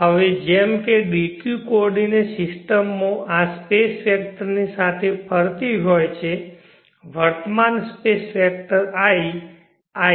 હવે જેમ કે dq કોઓર્ડિનેટ સિસ્ટમ આ સ્પેસ વેક્ટરની સાથે ફરતી હોય છે વર્તમાન સ્પેસ વેક્ટર i